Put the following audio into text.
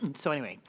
and so anyway,